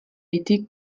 été